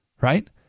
right